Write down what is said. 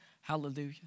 Hallelujah